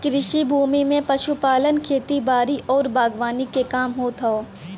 कृषि भूमि में पशुपालन, खेती बारी आउर बागवानी के काम होत हौ